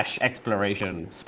exploration